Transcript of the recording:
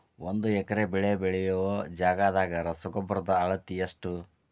ಒಂದ್ ಎಕರೆ ಬೆಳೆ ಬೆಳಿಯೋ ಜಗದಾಗ ರಸಗೊಬ್ಬರದ ಅಳತಿ ಎಷ್ಟು?